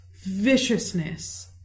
viciousness